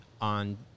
on